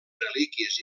relíquies